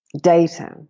data